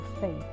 faith